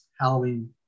Halloween